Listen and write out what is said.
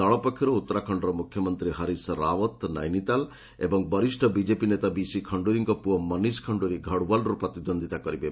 ଦଳ ପକ୍ଷରୁ ଉତ୍ତରାଖଣ୍ଡର ମୁଖ୍ୟମନ୍ତ୍ରୀ ହରିଶ ରାଓ୍ୱତ ନୈନିତାଲ ଏବଂ ବରିଷ୍ଠ ବିଜେପି ନେତା ବିସି ଖଶ୍ଚୁରୀଙ୍କ ପୁଅ ମନୀଷ ଖଣ୍ଡୁରୀ ଘଡୱାଲରୁ ପ୍ରତିଦ୍ୱନ୍ଦିତା କରିବେ